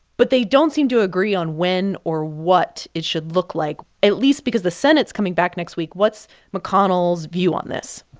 but they don't seem to agree on when or what it should look like. at least because the senate's coming back next week, what's mcconnell's view on this?